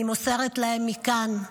אני מוסרת להן מכאן: